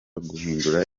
guhindura